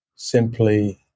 simply